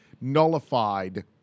nullified